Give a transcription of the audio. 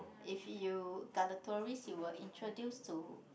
if you got the tourist you will introduce to